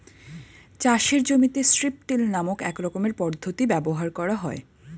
চাষের জমিতে strip till নামক এক রকমের পদ্ধতি ব্যবহার করা হয়